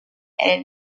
and